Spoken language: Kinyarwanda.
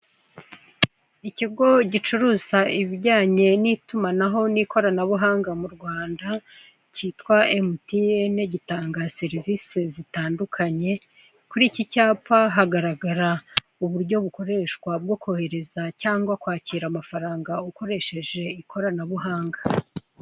Ikigo gicuruza ibijyanye n'itumanaho n'ikoranabuhanga mu Rwanda kitwa emutiyene gitanga serivise zitandukanye, kuri iki cyapa hagaragara uburyo bukoreshwa bwo kohereza cyangwa kwakira amafaranga ukoresheje ikoranabuhanga.